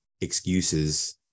excuses